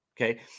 Okay